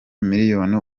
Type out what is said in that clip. miliyoni